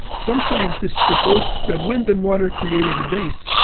some scientists proposed that wind and water created the bays,